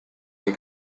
dei